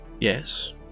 Yes